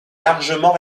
largement